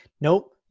Nope